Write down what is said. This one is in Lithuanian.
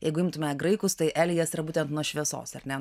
jeigu imtume graikus tai elijas yra būtent nuo šviesos ar ne